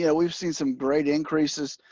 yeah we've seen some great increases.